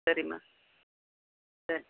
சரிம்மா சரி